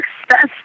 success